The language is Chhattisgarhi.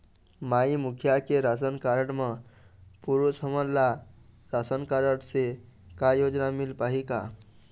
माई मुखिया के राशन कारड म पुरुष हमन ला रासनकारड से का योजना मिल पाही का?